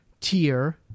tier